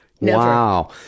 Wow